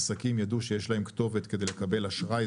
עסקים ידעו שיש להם כתובות כדי לקבל אשראי.